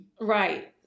Right